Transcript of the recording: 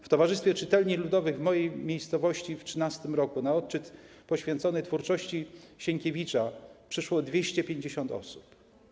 W Towarzystwie Czytelni Ludowych w mojej miejscowości w 13 r. na odczyt poświęcony twórczości Sienkiewicza przyszło 250 osób.